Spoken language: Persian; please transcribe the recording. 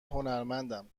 هنرمندم